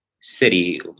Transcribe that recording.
city